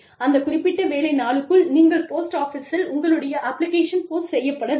அந்த குறிப்பிட்ட வேலை நாளுக்குள் நீங்கள் போஸ்ட் ஆஃபிஸில் உங்களுடைய அப்ளிகேஷன் போஸ்ட் செய்யப்பட வேண்டும்